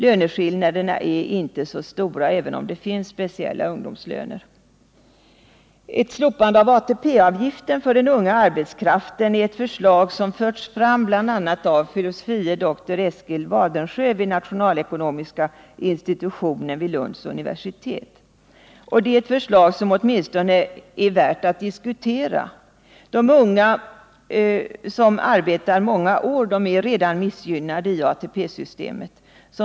Löneskillnaden är inte så stor även om det finns speciella ungdomslöner. Ett slopande av ATP-avgiften för den unga arbetskraften är ett förslag som förts fram bl.a. av fil. dr Eskil Wadensjö vid nationalekonomiska institutionen vid Lunds universitet. Det är ett förslag som åtminstone är värt att diskutera. De unga som arbetar många år är redan missgynnade i ATP systemet.